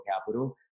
capital